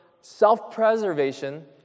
self-preservation